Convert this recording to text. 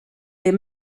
est